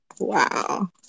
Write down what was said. Wow